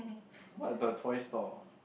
what the toy store